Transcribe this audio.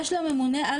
נדמה לי,